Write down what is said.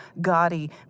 gaudy